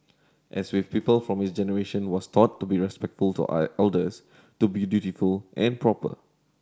as with people from his generation was taught to be respectful to I elders to be dutiful and proper